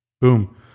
Boom